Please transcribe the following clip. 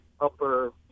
upper